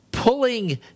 Pulling